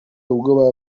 ubwoba